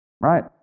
Right